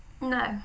No